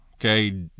okay